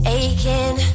aching